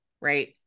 right